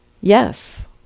Yes